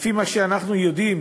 לפי מה שאנחנו יודעים,